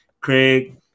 Craig